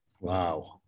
Wow